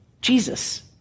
Jesus